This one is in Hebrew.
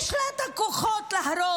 יש לה את הכוחות להרוס,